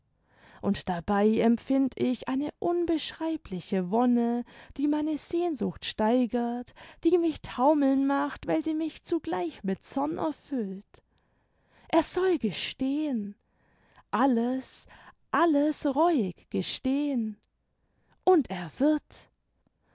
und dabei empfind ich eine unbeschreibliche wonne die meine sehnsucht steigert die mich taumeln macht weil sie mich zugleich mit zorn erfüllt er soll gestehen alles alles reuig gestehen und er wird